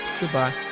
Goodbye